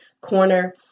corner